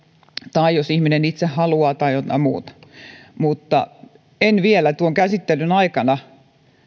tai jos ihminen itse haluaa tai jotain muuta mutta en vielä tuon käsittelyn aikana